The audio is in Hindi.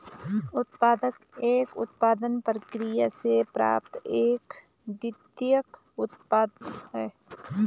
उपोत्पाद एक उत्पादन प्रक्रिया से प्राप्त एक द्वितीयक उत्पाद है